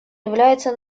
является